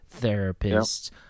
therapists